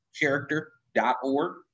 character.org